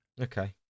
Okay